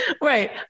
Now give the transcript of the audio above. Right